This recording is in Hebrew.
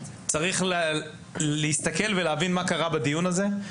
צריך להסתכל ולהבין מה קרה בדיון הזה,